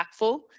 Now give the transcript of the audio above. impactful